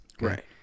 Right